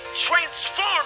Transform